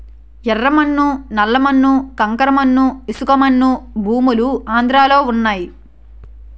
యెర్ర మన్ను నల్ల మన్ను కంకర మన్ను ఇసకమన్ను భూములు ఆంధ్రలో వున్నయి